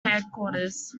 headquarters